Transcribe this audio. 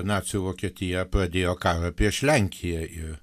nacių vokietija pradėjo karą prieš lenkiją ir